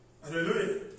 Hallelujah